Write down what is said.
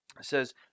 says